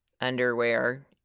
underwear